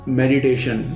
meditation